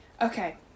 Okay